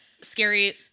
scary